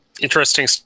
interesting